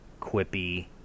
quippy